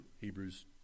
Hebrews